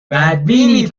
بدبینی